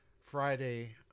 Friday